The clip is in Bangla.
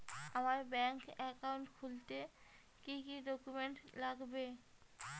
আমার ব্যাংক একাউন্ট খুলতে কি কি ডকুমেন্ট লাগবে?